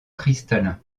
cristallin